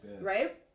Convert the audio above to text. right